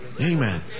Amen